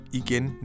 igen